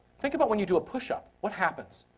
think about when you do a push up. what happens?